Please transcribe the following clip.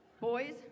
boys